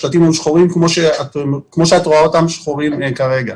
השלטים היו שחורים כמו שאת רואה אותם שחורים כרגע.